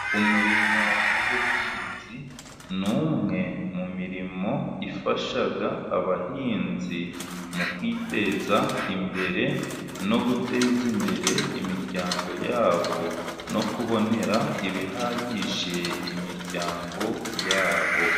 Umurimo w’ubuhinzi ni umwe mu mirimo ifasha abahinzi mu kwiteza imbere, no guteza imbere imiryango yabo, no kubonera ibihagije imiryango yabo.